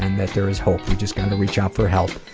and that there is hope. you just gotta reach out for help,